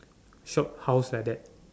shophouse like that